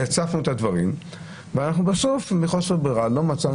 הצפנו את הדברים ואנחנו בסוף מחוסר ברירה לא מצאנו